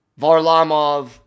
Varlamov